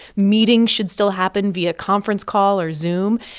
meetings should still happen via conference call or zoom.